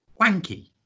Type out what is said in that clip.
wanky